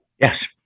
yes